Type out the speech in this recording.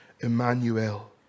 Emmanuel